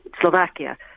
Slovakia